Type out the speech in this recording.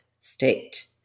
State